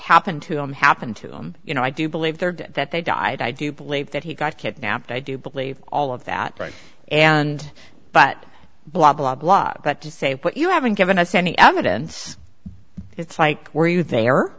happened to him happened to him you know i do believe there that they died i do believe that he got kidnapped i do believe all of that right and but blah blah blah but to say what you haven't given us any evidence it's like where you the